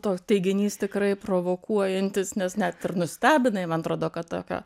toks teiginys tikrai provokuojantis nes net ir nustebinai man atrodo kad tokio